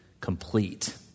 complete